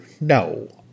No